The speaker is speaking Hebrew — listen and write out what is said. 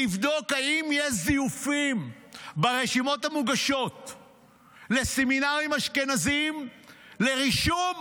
לבדוק אם יש זיופים ברשימות המוגשות לסמינרים אשכנזיים לרישום